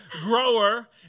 grower